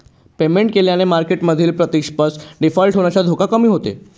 payment केल्याने मार्केटमधील प्रतिपक्ष डिफॉल्ट होण्याचा धोका कमी होतो